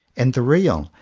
and the real,